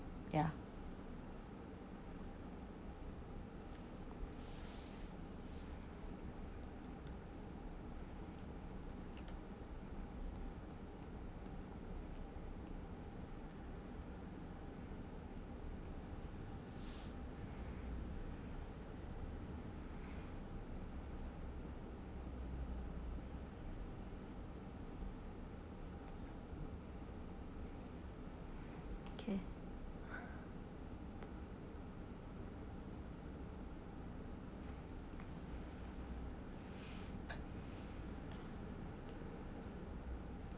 ya okay